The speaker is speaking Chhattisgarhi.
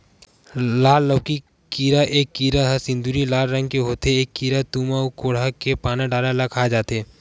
लाल लौकी कीरा ए कीरा ह सिंदूरी लाल रंग के होथे ए कीरा तुमा अउ कोड़हा के पाना डारा ल खा जथे